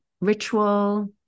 ritual